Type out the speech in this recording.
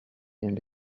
nelle